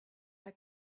her